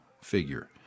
figure